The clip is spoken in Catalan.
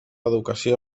educació